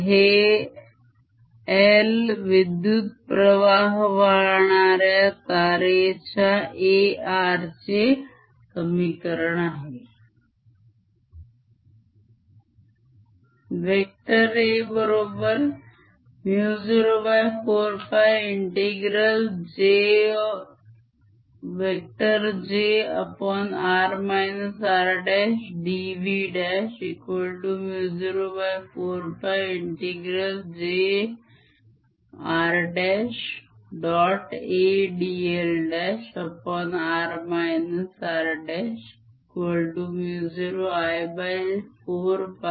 हे I विद्युत्प्रवाह वाहणाऱ्या तारेच्या A r चे समीकरण आहे